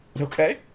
Okay